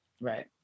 right